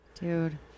dude